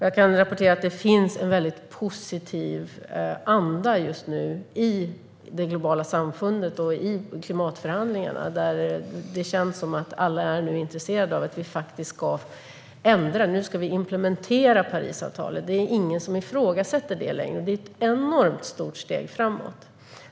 Jag kan rapportera att det just nu råder en väldigt positiv anda i det globala samfundet och i klimatförhandlingarna. Det känns som att alla nu är intresserade av att ändra - nu ska vi implementera Parisavtalet. Det är ingen som ifrågasätter det längre, och det är ett enormt stort steg framåt.